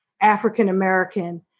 African-American